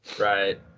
Right